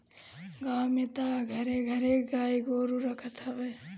गांव में तअ घरे घरे गाई गोरु रखत हवे